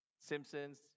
simpsons